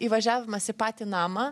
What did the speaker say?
įvažiavimas į patį namą